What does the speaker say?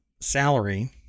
salary